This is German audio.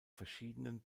verschiedenen